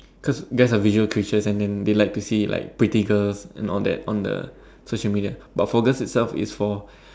cause guys are visual creatures and then they like to see like pretty girls and all that on the social media but for girls itself its for